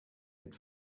had